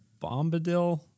Bombadil